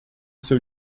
seu